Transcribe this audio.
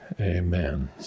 amen